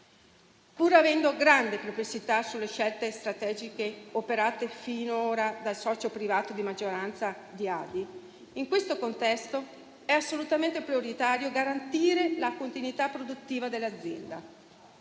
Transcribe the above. Pur avendo grande perplessità sulle scelte strategiche operate finora dal socio privato di maggioranza di AdI, in questo contesto è assolutamente prioritario garantire la continuità produttiva dell'azienda.